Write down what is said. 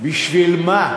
בשביל מה?